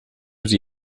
sie